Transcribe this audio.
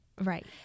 Right